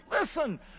Listen